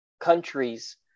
countries